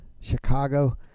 Chicago